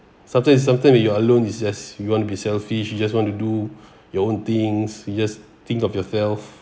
sometimes is sometimes you are alone is just you want to be selfish you just want to do your own things you just think of yourself